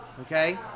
okay